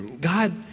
God